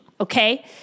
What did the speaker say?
Okay